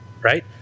right